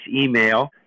email